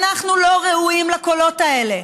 אנחנו לא ראויים לקולות האלה,